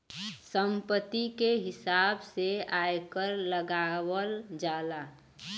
संपत्ति के हिसाब से आयकर लगावल जाला